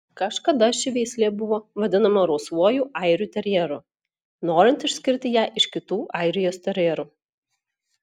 kažkada ši veislė buvo vadinama rausvuoju airių terjeru norint išskirti ją iš kitų airijos terjerų